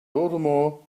baltimore